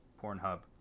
Pornhub